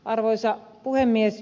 arvoisa puhemies